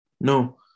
No